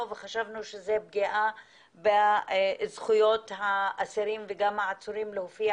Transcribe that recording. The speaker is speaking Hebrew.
וחשבנו שזו פגיעה בזכויות האסירים וגם העצורים להופיע